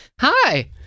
hi